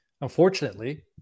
unfortunately